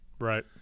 Right